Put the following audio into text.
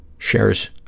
shares